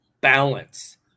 Balance